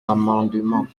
amendement